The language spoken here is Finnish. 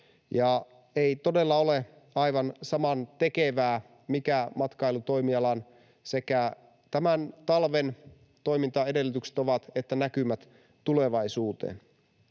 Ei todella ole aivan samantekevää, mitkä matkailutoimialan sekä tämän talven toimintaedellytykset että näkymät tulevaisuuteen